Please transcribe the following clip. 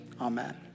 Amen